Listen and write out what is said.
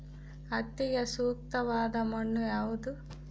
ಹತ್ತಿಗೆ ಸೂಕ್ತವಾದ ಮಣ್ಣು ಯಾವುದು?